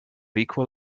equal